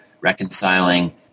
reconciling